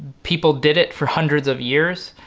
people did it for hundreds of years,